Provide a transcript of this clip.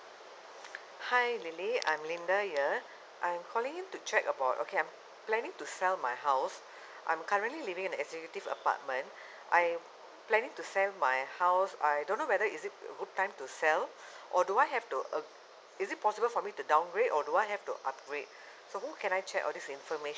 hi lily I'm linda ya I'm calling in to check about okay I'm planning to sell my house I'm currently living in an executive apartment I'm planning to sell my house I don't know whether is it a good time to sell or do I have to uh is it possible for me to downgrade or do I have to upgrade so who can I check all this information